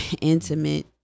intimate